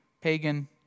pagan